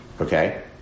okay